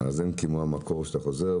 אין כמו המקור שאתה חוזר,